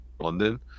London